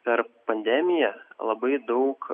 per pandemiją labai daug